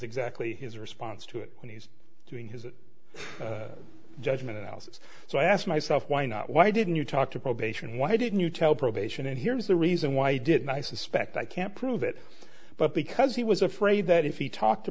exactly his response to it when he's doing his judgment analysis so i asked myself why not why didn't you talk to probation why didn't you tell probation and here's the reason why didn't i suspect i can't prove it but because he was afraid that if he talked